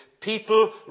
people